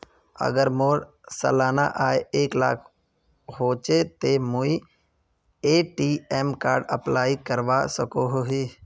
अगर मोर सालाना आय एक लाख होचे ते मुई ए.टी.एम कार्ड अप्लाई करवा सकोहो ही?